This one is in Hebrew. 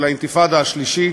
של האינתיפאדה השלישית,